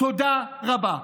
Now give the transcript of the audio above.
תודה רבה.